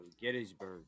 Gettysburg